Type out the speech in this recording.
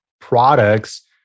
products